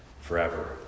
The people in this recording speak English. forever